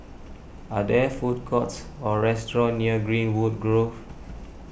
are there food courts or restaurants near Greenwood Grove